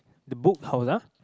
the book holder